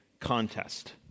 contest